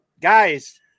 Guys